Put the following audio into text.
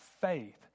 faith